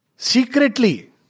secretly